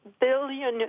billion